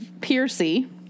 Piercy